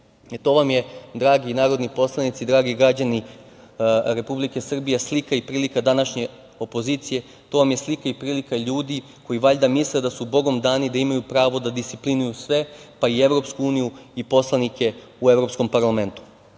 vam je dragi narodni poslanici, dragi građani Republike Srbije slika i prilika današnje opozicije. To vam je slika i prilika ljudi koji valjda misle da su bogom dani, da imaju pravo da disciplinuju sve, pa i Evropsku uniju i poslanike u Evropskom parlamentu.